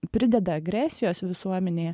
prideda agresijos visuomenėje